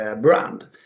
brand